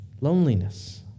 loneliness